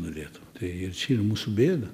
norėtų tai ir čia ir mūsų bėda